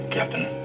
Captain